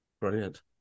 Brilliant